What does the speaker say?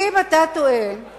אם אתה טוען,